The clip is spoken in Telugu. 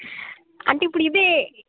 అంటే ఇప్పుడు ఇదే